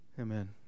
Amen